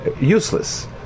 useless